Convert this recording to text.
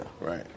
Right